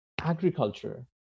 agriculture